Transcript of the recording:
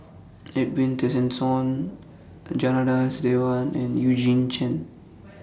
Edwin Tessensohn Janadas Devan and Eugene Chen